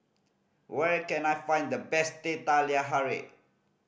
where can I find the best Teh Halia Tarik